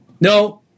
No